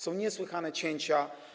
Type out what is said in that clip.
Są niesłychane cięcia.